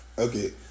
Okay